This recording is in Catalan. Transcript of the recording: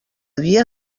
dia